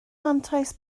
mantais